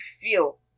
feel